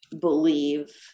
believe